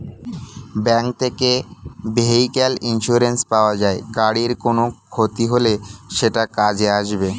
bank থেকে vehicle insurance পাওয়া যায়, গাড়ির কোনো ক্ষতি হলে সেটা কাজে আসবে